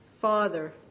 father